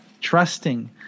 Trusting